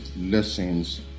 lessons